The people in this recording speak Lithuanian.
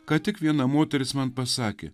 ką tik viena moteris man pasakė